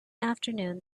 afternoon